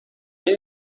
این